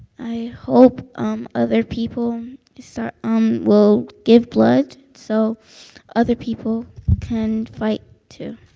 i hope um other people so um will give blood so other people can fight too.